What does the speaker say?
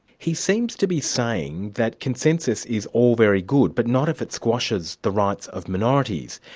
he seems to be saying that consensus is all very good, but not if it squashes the rights of minorities,